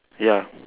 ya